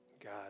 God